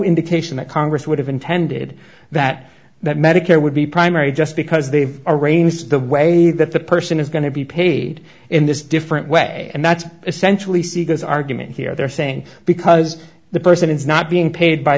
indication that congress would have intended that that medicare would be primary just because they've arranged it the way that the person is going to be paid in this different way and that's essentially seeger's argument here they're saying because the person is not being paid by